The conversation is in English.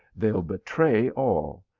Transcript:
they ll betray all.